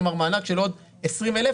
כלומר, מענק של עוד 20,000 שקלים.